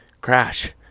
crash